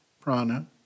prana